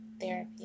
therapy